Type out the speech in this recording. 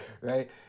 Right